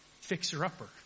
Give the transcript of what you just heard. fixer-upper